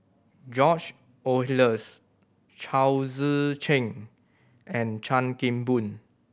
George Oehlers Chao Tzee Cheng and Chan Kim Boon